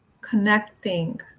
connecting